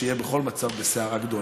שיהיה בכל מצב בסערה גדולה.